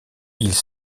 ils